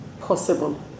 possible